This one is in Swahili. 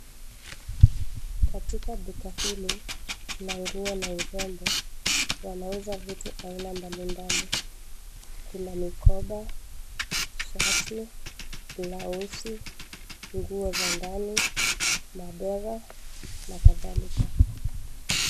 Katika duka hili la nguo na urembo, wanauza vitu aina mbalimbali. Kuna mikoba, shati, blausi, nguo za ndani, madera na kadhalika.